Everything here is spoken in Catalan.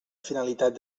finalitat